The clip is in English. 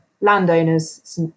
landowners